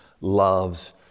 loves